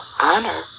honor